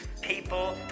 people